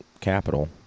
capital